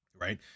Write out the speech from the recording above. right